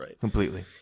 completely